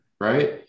right